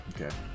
okay